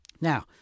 Now